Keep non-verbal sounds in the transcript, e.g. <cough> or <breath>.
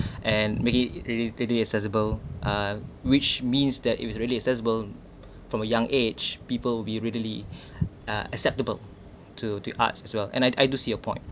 and make it really really accessible uh which means that it was really accessible from young age people be readily <breath> uh acceptable to the arts as well and I I do see your point